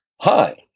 Hi